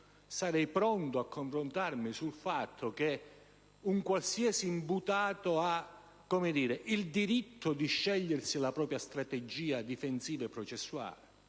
stato pronto a confrontarmi sul fatto che un qualsiasi imputato ha il diritto di scegliersi la propria strategia difensiva e processuale.